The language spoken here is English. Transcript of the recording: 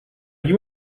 you